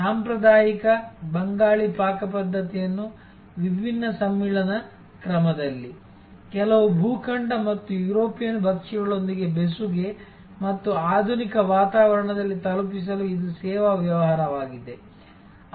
ಸಾಂಪ್ರದಾಯಿಕ ಬಂಗಾಳಿ ಪಾಕಪದ್ಧತಿಯನ್ನು ವಿಭಿನ್ನ ಸಮ್ಮಿಳನ ಕ್ರಮದಲ್ಲಿ ಕೆಲವು ಭೂಖಂಡ ಮತ್ತು ಯುರೋಪಿಯನ್ ಭಕ್ಷ್ಯಗಳೊಂದಿಗೆ ಬೆಸುಗೆ ಮತ್ತು ಆಧುನಿಕ ವಾತಾವರಣದಲ್ಲಿ ತಲುಪಿಸಲು ಇದು ಸೇವಾ ವ್ಯವಹಾರವಾಗಿದೆ